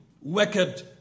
wicked